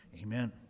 Amen